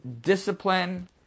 discipline